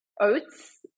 oats